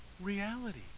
reality